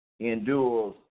endures